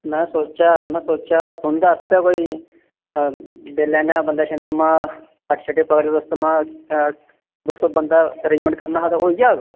में सोचेआ में सोचेआ तुं'दे आस्तै कोई लेई लैन्ने आं बन्दे शंदे महां पार्टी शार्टी दे आस्तै महां दो सौ बन्दे दा अरेंजमेंट करना हा ते होई जाह्ग